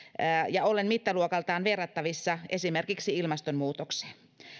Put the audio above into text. ja olevan mittaluokaltaan verrattavissa esimerkiksi ilmastonmuutokseen